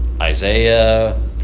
Isaiah